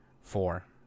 four